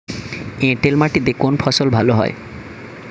এঁটেল মাটিতে কোন ফসল ভালো হয়?